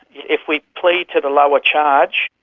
if we plea to the lower charge,